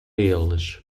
eles